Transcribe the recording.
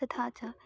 तथा च